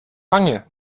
lange